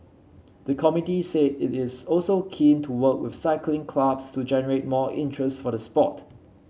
the committee said it is also keen to work with cycling clubs to generate more interest for the sport